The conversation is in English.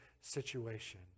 situation